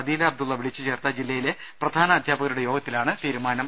അദീല അബ്ദുള്ള വിളിച്ചു ചേർത്ത ജില്ലയിലെ പ്രധാന അധ്യാപകരുടെ യോഗത്തിലാണ് തീരുമാനം